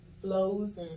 flows